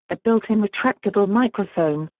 a built-in retractable microphone,